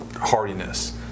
hardiness